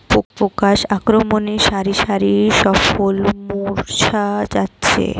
পোকার আক্রমণে শারি শারি ফসল মূর্ছা যাচ্ছে